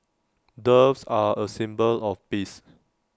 doves are A symbol of peace